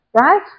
Right